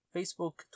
Facebook